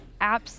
apps